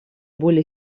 более